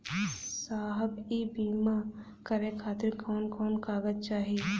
साहब इ बीमा करें खातिर कवन कवन कागज चाही?